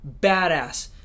badass